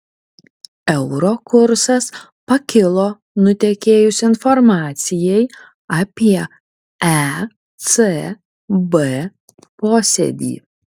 euro kursas pakilo nutekėjus informacijai apie ecb posėdį